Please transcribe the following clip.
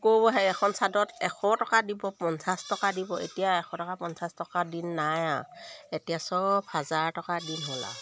ক'ৰ এখন চাদৰত এশ টকা দিব পঞ্চাছ টকা দিব এতিয়া এশ টকা পঞ্চাছ টকা দিন নাই আৰু এতিয়া চব হাজাৰ টকা দিন হ'ল আৰু